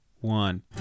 one